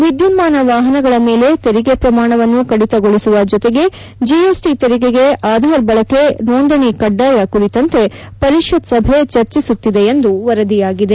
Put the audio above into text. ವಿದ್ಯುನ್ಮಾನ ವಾಹನಗಳ ಮೇಲೆ ತೆರಿಗೆ ಪ್ರಮಾಣವನ್ನು ಕಡಿತಗೊಳಿಸುವ ಜೊತೆಗೆ ಜಿಎಸ್ಟಿ ತೆರಿಗೆಗೆ ಆಧಾರ್ ಬಳಕೆ ನೋಂದಣಿ ಕಡ್ಡಾಯ ಕುರಿತಂತೆ ಪರಿಷತ್ ಸಭೆ ಚರ್ಚಿಸುತ್ತಿದೆ ಎಂದು ವರದಿಯಾಗಿದೆ